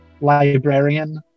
librarian